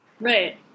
right